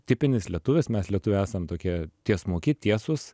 tipinis lietuvis mes lietuviai esam tokie tiesmuki tiesūs